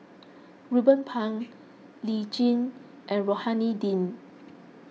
Ruben Pang Lee Tjin and Rohani Din